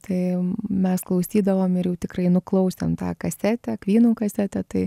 tai mes klausydavom ir jau tikrai nuklausėm tą kasetę kvynų kasetę tai